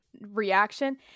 reaction